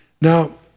Now